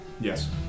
Yes